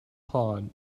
pod